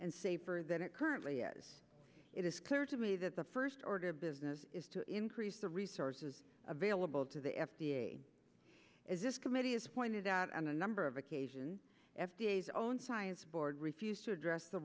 and save or that it currently yes it is clear to me that the first order of business is to increase the resources available to the f d a is this committee is pointed out on a number of occasions f d a is own science board refused to address the